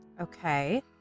Okay